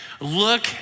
Look